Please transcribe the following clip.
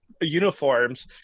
uniforms